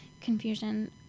confusion